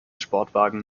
sportwagen